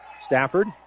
Stafford